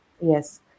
Yes